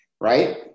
Right